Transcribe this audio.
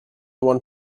one